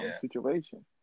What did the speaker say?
situation